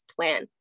plan